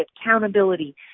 accountability